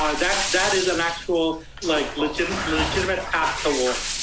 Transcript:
that is an actual like legitimate legitimate path to war.